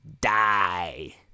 die